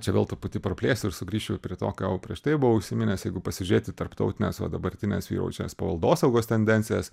čia vėl truputį praplėsiu ir sugrįšiu prie to ką jau prieš tai buvau užsiminęs jeigu pasižiūrėt į tarptautines va dabartines vyraujančias paveldosaugos tendencijas